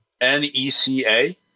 N-E-C-A